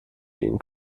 ihn